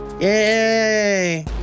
Yay